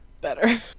better